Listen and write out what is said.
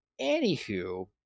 Anywho